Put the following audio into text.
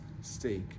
steak